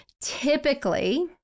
Typically